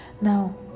Now